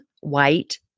white